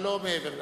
אבל לא מעבר לכך.